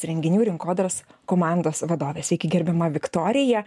renginių rinkodaros komandos vadovė sveiki gerbiama viktorija